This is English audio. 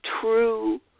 true